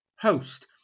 Host